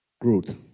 Growth